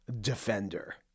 Defender